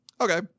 Okay